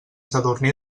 sadurní